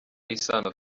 isano